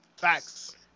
Facts